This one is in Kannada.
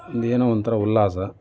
ಇಲ್ಲಿ ಏನೋ ಒಂಥರ ಉಲ್ಲಾಸ